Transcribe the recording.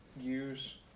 use